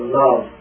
love